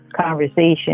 conversation